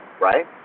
right